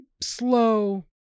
Slow